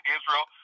Israel